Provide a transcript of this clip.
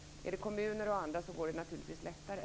Är det kommuner och andra går det naturligtvis lättare.